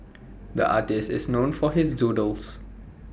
the artist is known for his doodles